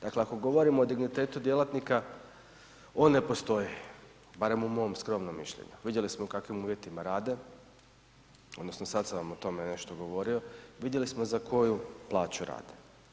Dakle ako govorimo o dignitetu djelatnika, on ne postoji, barem u mom skromnom mišljenju, vidjeli smo u kakvim uvjetima rade, odnosno sad sam vam o tome nešto govorio, vidjeli smo za koju plaću rade.